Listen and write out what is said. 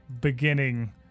beginning